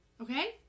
Okay